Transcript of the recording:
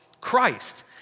Christ